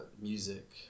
Music